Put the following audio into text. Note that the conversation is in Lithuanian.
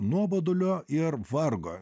nuobodulio ir vargo